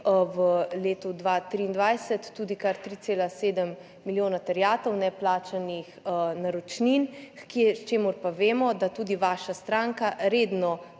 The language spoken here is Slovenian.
v letu 2023 tudi kar 3,7 milijona terjatev neplačanih naročnin, k čemur pa vemo, da tudi vaša stranka redno